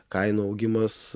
kainų augimas